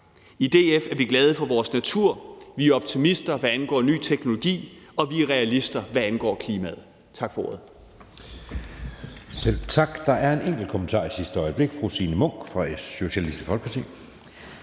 I DF er vi glade for vores natur, vi er optimister, hvad angår ny teknologi, og vi er realister, hvad angår klimaet. Tak for ordet.